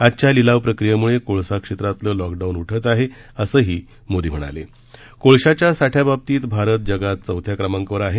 आजच्या लिलाव प्रक्रियेमुळं कोळसा क्षेत्रातलं लॉकडाऊन उठत आहे असंही मोदी म्हणाले कोळशाच्या साठ्या बाबतीत भारत जगात चवथ्या क्रमांकावर आहे